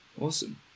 Awesome